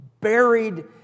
buried